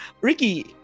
Ricky